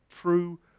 true